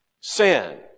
sin